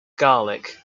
garlic